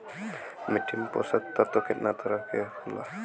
मिट्टी में पोषक तत्व कितना तरह के होला?